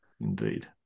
Indeed